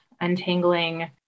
untangling